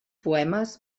poemes